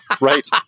right